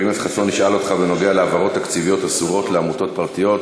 חבר הכנסת שאל אותך בנוגע להעברות תקציביות אסורות לעמותות פרטיות.